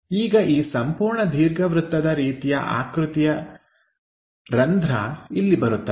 ಈಗ ಈ ಸಂಪೂರ್ಣ ದೀರ್ಘವೃತ್ತದ ರೀತಿಯ ಆಕೃತಿಯ ರಂಧ್ರ ಇಲ್ಲಿ ಬರುತ್ತದೆ